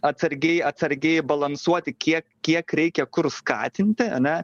atsargiai atsargiai balansuoti kiek kiek reikia kur skatinti ane